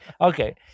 Okay